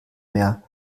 mehr